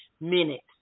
minutes